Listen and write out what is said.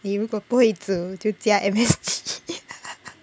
你如果不会煮就加 M_S_G